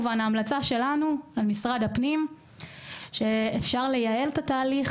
המלצה שלנו למשרד הפנים היא לחשוב על ייעול התהליך